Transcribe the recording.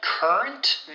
Current